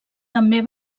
també